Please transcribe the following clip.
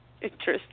Interesting